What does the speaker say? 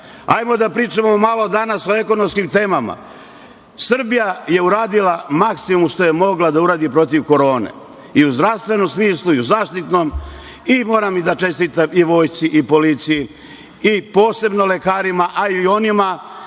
Hajde da pričamo malo danas o ekonomskim temama. Srbija je uradila maksimum što je mogla da uradi protiv korone i u zdravstvenom smislu, i u zaštitnom. Moram da čestitam i Vojsci i policiji i posebno lekarima, a i onima